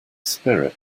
spirit